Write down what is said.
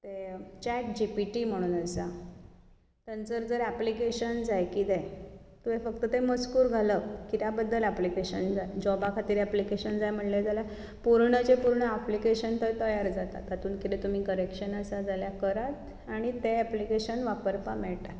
chat G P T म्हणून आसा जर तर एप्लीकेशन जाय कितें तुवें फक्त तें मजकूर घालप कित्या बद्दल एप्लीकेशन जाय जोबा खातीर एप्लीकेशन जाय म्हणलें जाल्यार ताचें पूर्णाचें पूर्ण एप्लीकेशन तातूंत तयार जाता तातूंत कितें तुमी करेक्शन आसा जाल्यार करात आनी तें एप्लीकेशन वापरपाक मेळटा